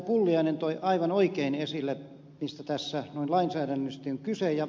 pulliainen toi aivan oikein esille mistä tässä noin lainsäädännöllisesti on kyse